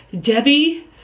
Debbie